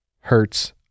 hurts